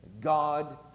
God